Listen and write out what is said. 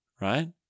right